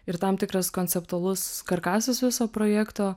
ir tam tikras konceptualus karkasas viso projekto